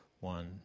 one